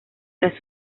tras